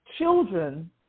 children